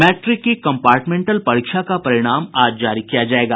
matric की compartmental परीक्षा का परिणाम आज जारी किया जायेगा